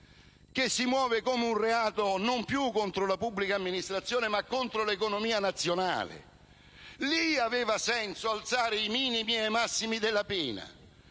che si muove come un reato non più contro la pubblica amministrazione, ma contro l'economia nazionale. Lì aveva senso alzare i minimi e i massimi della pena,